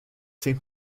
zehn